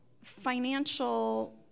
financial